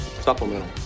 Supplemental